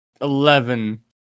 eleven